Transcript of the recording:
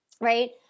right